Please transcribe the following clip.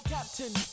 Captain